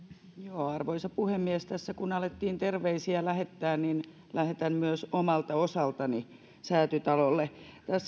arvoisa puhemies kun tässä alettiin terveisiä lähettää niin lähetän terveiset myös omalta osaltani säätytalolle